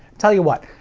tell you what,